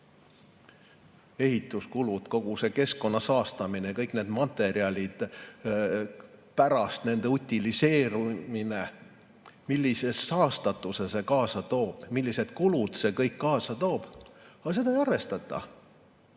Ehituskulud, kogu see keskkonna saastamine, kõik need materjalid, pärast nende utiliseerimine – millise saastatuse see kõik kaasa toob, millised kulud see kõik kaasa toob. Aga seda ei arvestata